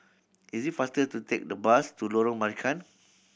is it faster to take the bus to Lorong Marican